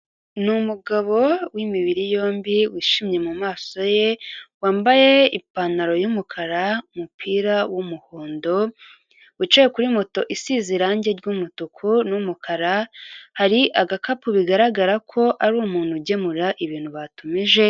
Ni umugabo w'imibiri yombi wishimye mu maso ye wambaye ipantaro y'umukara, umupira w'umuhondo wicaye kuri moto isize irangi ry'umutuku n'umukara, hari agakapu bigaragara ko ari umuntu ugemura ibintu batumije.